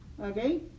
okay